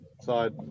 side